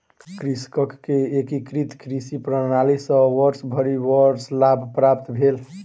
कृषक के एकीकृत कृषि प्रणाली सॅ वर्षभरि वर्ष लाभ प्राप्त भेल